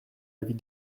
avis